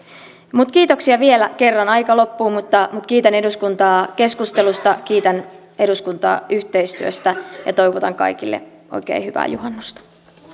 kiitoksia vielä kerran aika loppuu mutta mutta kiitän eduskuntaa keskustelusta kiitän eduskuntaa yhteistyöstä ja toivotan kaikille oikein hyvää juhannusta